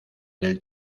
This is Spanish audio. del